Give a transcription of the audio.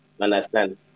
understand